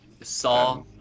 Saw